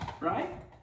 right